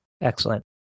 Excellent